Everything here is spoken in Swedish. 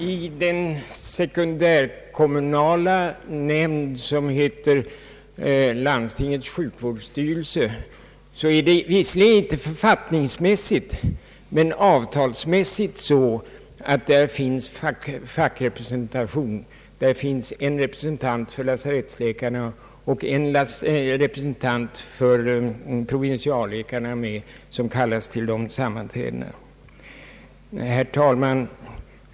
I den sekundärkommunala nämnd däremot som heter landstingets sjukvårdsstyrelse är det, visserligen inte författningsmässigt men väl avtalsmässigt, dock så ordnat att där finns fackrepresentation, en representant för lasarettsläkarna och en representant för provinsialläkarna, som kallas till sammanträdena. Herr talman!